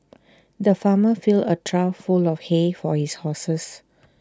the farmer filled A trough full of hay for his horses